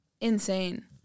insane